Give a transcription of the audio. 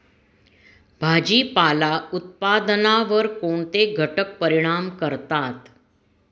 भाजीपाला उत्पादनावर कोणते घटक परिणाम करतात?